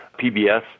PBS